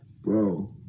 Bro